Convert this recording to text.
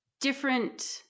different